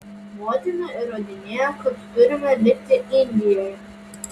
motina įrodinėjo kad turime likti indijoje